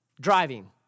driving